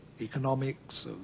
economics